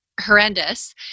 horrendous